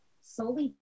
solely